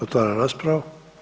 Otvaram raspravu.